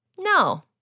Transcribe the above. No